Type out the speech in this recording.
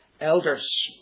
elders